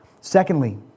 Secondly